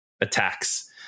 attacks